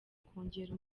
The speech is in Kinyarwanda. kongera